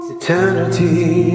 eternity